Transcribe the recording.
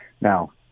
Now